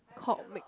comic